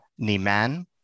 Niman